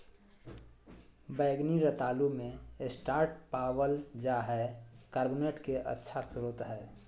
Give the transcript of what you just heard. बैंगनी रतालू मे स्टार्च पावल जा हय कार्बोहाइड्रेट के अच्छा स्रोत हय